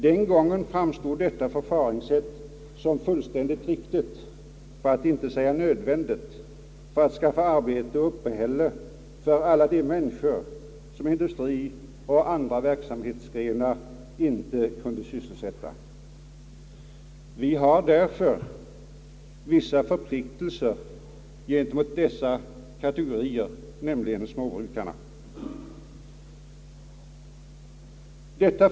Den gången framstod detta förfaringssätt som fullständigt riktigt för att inte säga nödvändigt för att skaffa arbete och uppehälle för alla de människor som industrien och andra verksamhetsgrenar inte kunde sysselsätta. Vi har därför vissa förpliktelser gentemot dessa kategorier, nämligen småbrukarna.